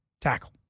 tackle